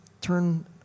turn